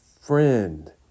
friend